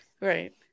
Right